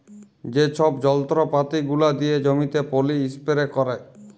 যে ছব যল্তরপাতি গুলা দিয়ে জমিতে পলী ইস্পেরে ক্যারে